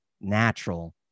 natural